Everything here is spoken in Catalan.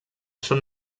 són